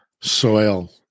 Soil